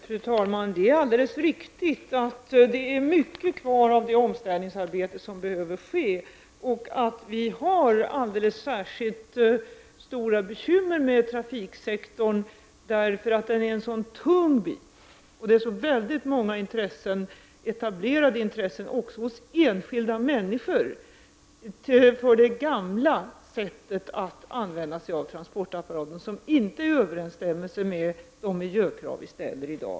Fru talman! Det är alldeles riktigt att mycket av det omställningsarbete som behöver ske återstår. Vi har särskilt stora bekymmer med trafiksektorn, eftersom den är en så tung del i detta sammanhang. Det är dessutom väldigt många etablerade intressen — och även enskilda människor — som är för det gamla sättet att använda sig av transportapparaten, vilket inte är i överensstämmelse med de miljökrav som i dag ställs.